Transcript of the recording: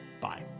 Bye